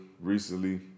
recently